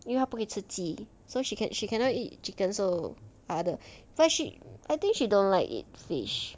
因为他不可以吃鸡 so she can she cannot eat chicken so 其他的 but she I think she don't like eat fish